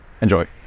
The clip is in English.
enjoy